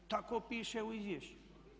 Tako piše u izvješću.